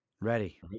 Ready